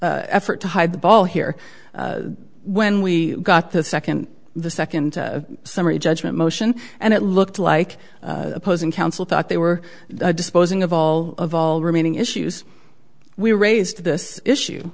effort to hide the ball here when we got the second the second summary judgment motion and it looked like opposing counsel thought they were disposing of all of all remaining issues we raised this issue